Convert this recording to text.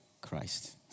Christ